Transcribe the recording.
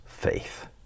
faith